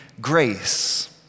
grace